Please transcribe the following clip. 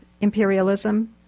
imperialism